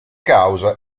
causa